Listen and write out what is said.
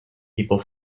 people